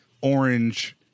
Orange